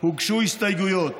הוגשו הסתייגויות.